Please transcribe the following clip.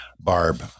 Barb